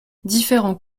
différents